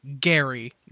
Gary